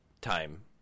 time